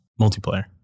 multiplayer